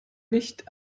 nicht